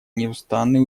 неустанные